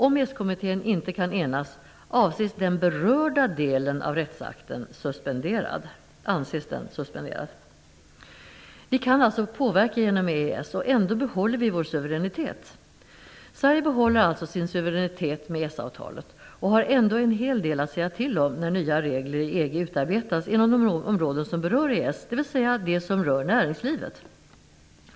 Om EES-kommittén inte kan enas anses den berörda delen av rättsakten suspenderad. Sverige behåller alltså sin suveränitet med EES avtalet och har ändå en hel del att säga till om när nya regler i EG utarbetas inom de områden som berör EES, dvs. det som rör näringslivet.